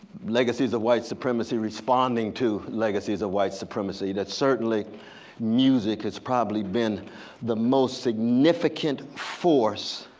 legacies of white supremacy responding to legacies of white supremacy that certainly music is probably been the most significant force